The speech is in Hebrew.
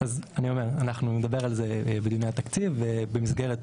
נדבר על זה בדיוני התקציב ובמסגרת,